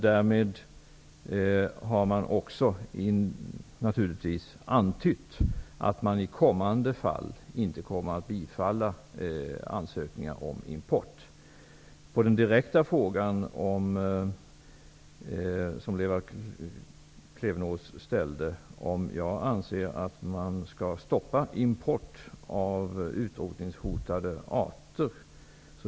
Därmed har man också antytt att man i framtiden inte kommer att bifalla ansökningar om import. Lena Klevenås ställde en direkt fråga om huruvida jag anser att man skall stoppa import av utrotningshotade arter.